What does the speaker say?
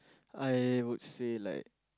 I would say like